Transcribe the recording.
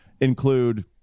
include